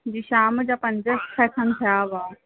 जी शाम जा पंज छह खनि थिया हुआ